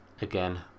again